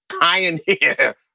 Pioneer